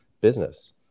business